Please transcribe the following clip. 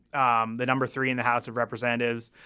um the number three in the house of representatives.